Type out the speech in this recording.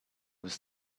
was